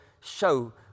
show